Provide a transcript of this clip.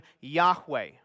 Yahweh